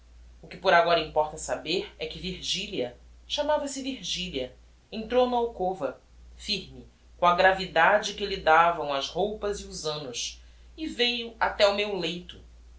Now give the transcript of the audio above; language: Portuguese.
o que por agora importa saber é que virgilia chamava se virgilia entrou na alcova firme com a gravidade que lhe davam as roupas e os annos e veiu até o meu leito